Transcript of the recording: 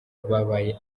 babaye